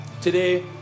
Today